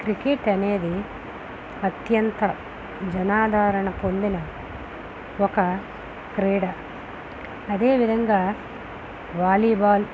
cricket అనేది అత్యంత జనాధారణ పొందిన ఒక క్రీడ అదే విధంగా వాలీబాల్